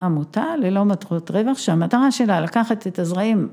עמותה ללא מטרות רווח שהמטרה שלה לקחת את הזרעים